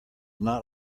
not